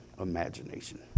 imagination